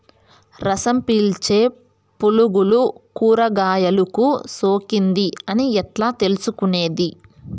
రసం పీల్చే పులుగులు కూరగాయలు కు సోకింది అని ఎట్లా తెలుసుకునేది?